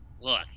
Look